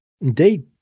Indeed